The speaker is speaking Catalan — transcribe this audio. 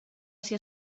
ser